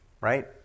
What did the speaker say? right